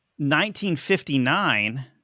1959